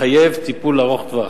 מחייב טיפול ארוך-טווח.